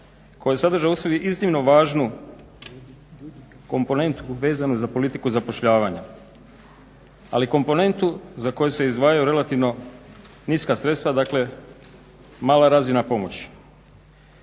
koji sadrži u sebi iznimno važnu komponentu vezano za politiku zapošljavanja, ali komponentnu za koju se izdvajaju relativno niska sredstva, dakle mala razina pomoći.